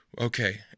Okay